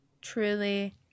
Truly